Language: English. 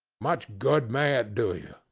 much good may it do you!